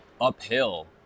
uphill